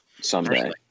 Someday